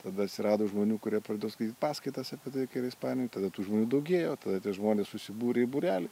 tada atsirado žmonių kurie pradėjo skaityt paskaitas apie tai ka yra ispanijoj tada tų žmonių daugėjo tada tie žmonės susibūrė į būrelį